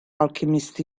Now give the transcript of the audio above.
alchemist